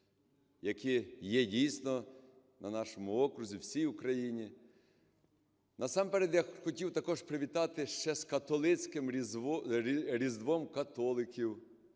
які є дійсно на нашому окрузі, всій Україні. Насамперед я хотів також привітати ще з католицьким Різдвом католиків